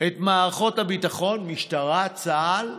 את מערכות הביטחון, המשטרה, צה"ל,